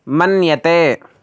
मन्यते